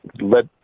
let